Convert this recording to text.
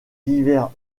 divers